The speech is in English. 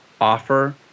offer